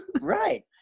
right